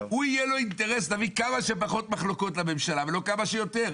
הוא יהיה לו אינטרס להביא כמה שפחות מחלוקות לממשלה ולא כמה שיותר.